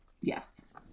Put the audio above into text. yes